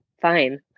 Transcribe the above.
fine